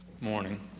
Morning